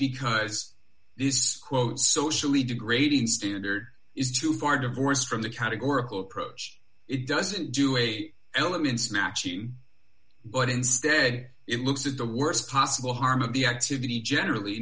because these quotes socially degrading standard is too far divorced from the categorical approach it doesn't do a elements matching but instead it looks at the worst possible harm of the activity generally